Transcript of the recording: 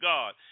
God